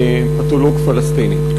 פתולוג פלסטיני.